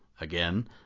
again